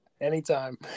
Anytime